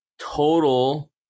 total